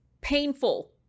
painful